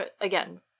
again